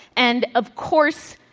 and of course,